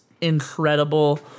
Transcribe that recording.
incredible